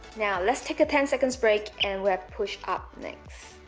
now let's take a ten seconds break and we have push up next